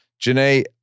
Janae